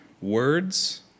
words